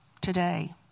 today